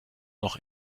noch